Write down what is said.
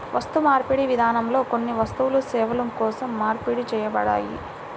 వస్తుమార్పిడి విధానంలో కొన్ని వస్తువులు సేవల కోసం మార్పిడి చేయబడ్డాయి